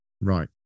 Right